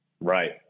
right